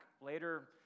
later